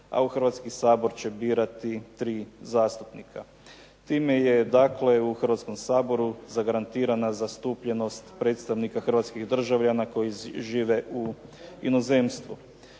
a u Hrvatski sabor će birati tri zastupnika. Time je dakle u Hrvatskom saboru zagarantirana zastupljenost predstavnika hrvatskih državljana koji žive u inozemstvu.